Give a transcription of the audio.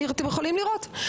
אתם יכולים לראות,